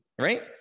right